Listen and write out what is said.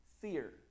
fear